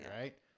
right